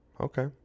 Okay